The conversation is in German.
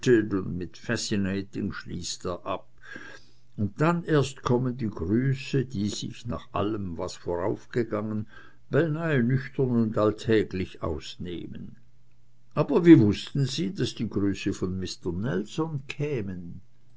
mit fascinating schließt er ab und dann erst kommen die grüße die sich nach allem was voraufgegangen beinahe nüchtern und alltäglich ausnehmen aber wie wußten sie daß die grüße von mister nelson kämen